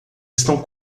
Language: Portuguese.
estão